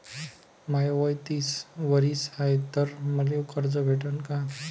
माय वय तीस वरीस हाय तर मले कर्ज भेटन का?